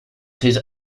his